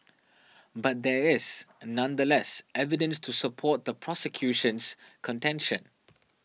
but there is nonetheless evidence to support the prosecution's contention